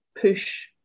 push